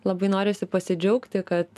labai norisi pasidžiaugti kad